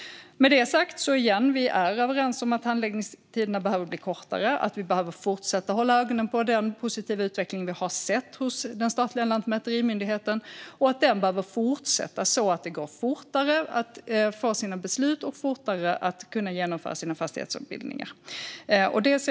Med detta sagt är vi överens om att handläggningstiderna behöver bli kortare och att vi behöver fortsätta att hålla ögonen på den positiva utveckling vi har sett hos den statliga lantmäterimyndigheten. Utvecklingen behöver fortgå så att det ska gå fortare att få beslut och fortare att genomföra fastighetsombildningar.